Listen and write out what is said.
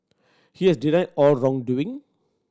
he has denied all wrongdoing